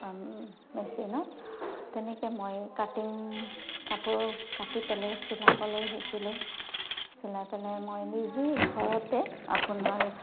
মেচিনত তেনেকে মই কাটিং কাপোৰ কাটি পেলাই চিলাবলৈ শিকিলোঁ চিলাই পেলাই মই নিজেই ঘৰতে আপোনাৰ